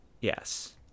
Yes